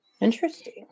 interesting